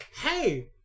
hey